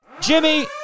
Jimmy